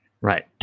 Right